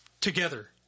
together